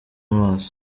mazi